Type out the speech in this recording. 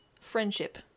friendship